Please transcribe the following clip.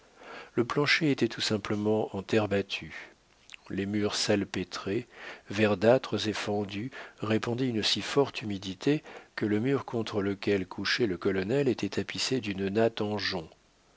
le plancher était tout simplement en terre battue les murs salpêtrés verdâtres et fendus répandaient une si forte humidité que le mur contre lequel couchait le colonel était tapissé d'une natte en jonc